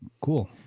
Cool